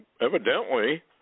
evidently